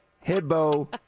Hippo